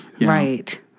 Right